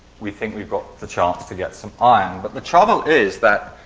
we think we've got the chance to get some iron. but the trouble is that